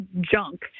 junk